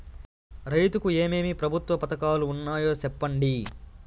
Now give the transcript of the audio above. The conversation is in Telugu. రైతుకు ఏమేమి ప్రభుత్వ పథకాలు ఉన్నాయో సెప్పండి?